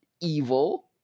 evil